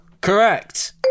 correct